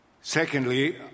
Secondly